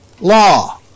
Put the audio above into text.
law